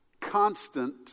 constant